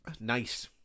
nice